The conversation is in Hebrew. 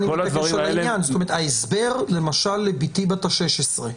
--- ההסבר למשל לביתי בת ה-16,